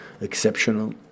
exceptional